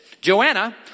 Joanna